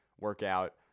workout